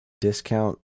discount